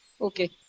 Okay